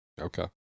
Okay